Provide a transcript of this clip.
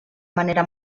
manera